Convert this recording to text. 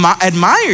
Admired